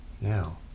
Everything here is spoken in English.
now